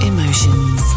Emotions